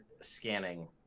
scanning